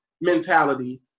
mentality